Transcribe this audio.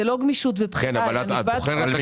זאת לא גמישות ובחירה אלא נקבעת תקופה אחרת.